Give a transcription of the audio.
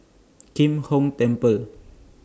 Kim Hong Temple